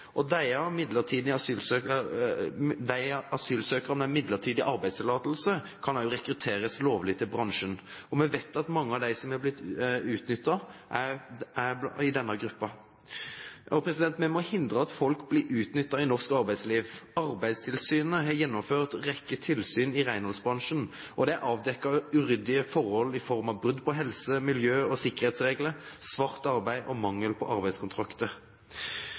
Asylsøkere med midlertidig arbeidstillatelse kan også rekrutteres lovlig til bransjen. Vi vet at mange av dem som har blitt utnyttet, er i denne gruppen. Vi må hindre at folk blir utnyttet i norsk arbeidsliv. Arbeidstilsynet har gjennomført en rekke tilsyn i renholdsbransjen, og det er avdekket uryddige forhold i form av brudd på helse-, miljø- og sikkerhetsreglene, svart arbeid og mangel på arbeidskontrakter.